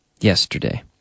yesterday